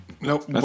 Nope